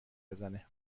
بزنه